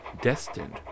destined